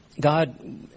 God